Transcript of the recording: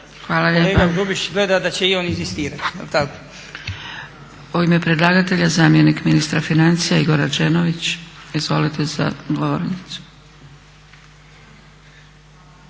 Hvala lijepa. U ime predlagatelja zamjenik ministra financija Igor Rađenović. Izvolite za govornicu.